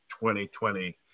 2020